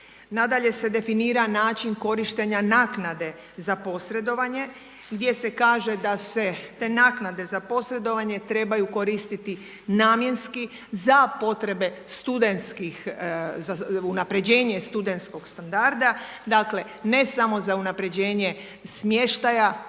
Nadalje se definira način korištenja naknade za posredovanje gdje se kaže da se te naknade za posredovanje trebaju koristiti namjenski za potrebe studentskih, unapređenje studentskog standarda, dakle ne samo za unapređenje smještaja,